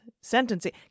sentencing